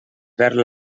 perd